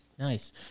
Nice